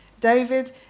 David